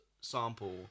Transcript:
sample